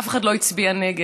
אף אחד לא הצביע נגד.